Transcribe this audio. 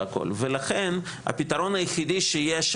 ולכן הפתרון היחידי שיש,